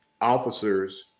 officers